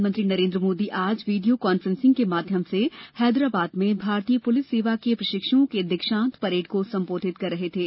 प्रधानमंत्री नरेन्द्र मोदी आज video conferencing के माध्यम से हैदराबाद में भारतीय पुलिस सेवा के प्रशिक्षुओं के दीक्षांत परेड को संबोधित कर रहे थे